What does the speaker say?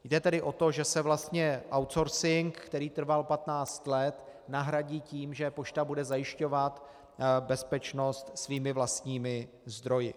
Jde tedy o to, že se vlastně outsourcing, který trval patnáct let, nahradí tím, že pošta bude zajišťovat bezpečnost svými vlastními zdroji.